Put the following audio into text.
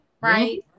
right